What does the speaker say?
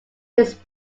this